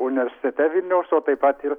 universitete vilniaus o taip pat ir